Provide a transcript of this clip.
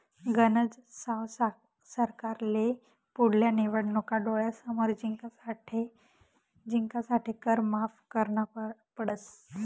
गनज साव सरकारले पुढल्या निवडणूका डोळ्यासमोर जिंकासाठे कर माफ करना पडस